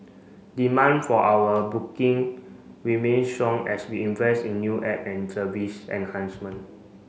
demand for our booking remains strong as we invest in new app and service enhancement